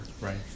right